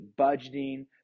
budgeting